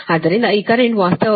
ಆದ್ದರಿಂದ ಈ ಕರೆಂಟ್ ವಾಸ್ತವವಾಗಿ 279